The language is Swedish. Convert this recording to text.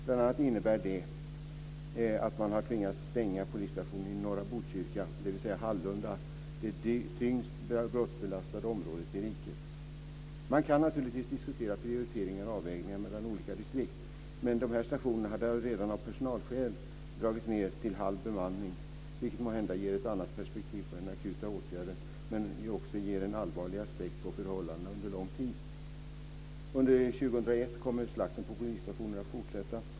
Bl.a. innebär det att man har tvingats stänga polisstationen i norra Botkyrka, dvs. Hallunda - det tyngst brottsbelastade området i riket. Man kan naturligtvis diskutera prioriteringar och avvägningar mellan olika distrikt, men dessa stationer hade redan av personalskäl dragits ned till halv bemanning, vilket måhända ger ett annat perspektiv på den akuta åtgärden men också ger en allvarlig aspekt när det gäller förhållandena under lång tid. Under 2001 kommer slakten på polisstationer att fortsätta.